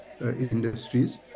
industries